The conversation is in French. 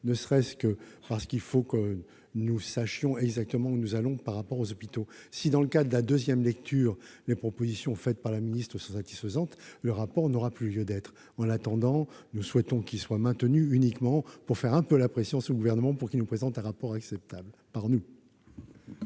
ne serait-ce que parce qu'il faut que nous sachions exactement où nous allons par rapport aux hôpitaux. Si, dans le cadre de la nouvelle lecture, les propositions faites par la ministre sont satisfaisantes, le rapport n'aura plus lieu d'être. En attendant, nous souhaitons mettre un peu la pression sur le Gouvernement pour l'inciter à nous présenter un rapport acceptable.